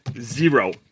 zero